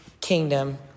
kingdom